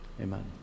amen